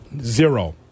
Zero